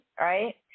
right